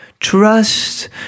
Trust